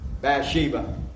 Bathsheba